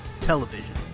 television